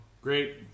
great